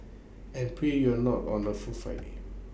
and pray you're not on A full flighting